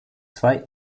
zwei